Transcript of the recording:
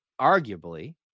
arguably